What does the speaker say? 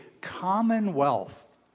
commonwealth